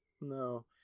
No